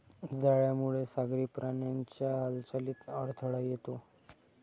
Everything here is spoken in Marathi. जाळ्यामुळे सागरी प्राण्यांच्या हालचालीत अडथळा येतो